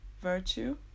virtue